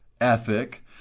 ethic